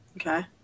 Okay